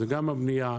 זה גם הבנייה,